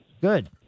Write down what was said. Good